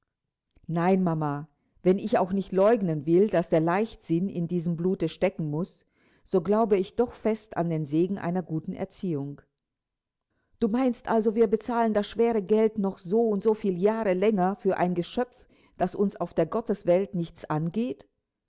nein mama wenn ich auch nicht leugnen will daß der leichtsinn in diesem blute stecken muß so glaube ich doch auch fest an den segen einer guten erziehung du meinst also wir bezahlen das schwere geld noch so und so viel jahre länger für ein geschöpf das uns auf der gotteswelt nichts angeht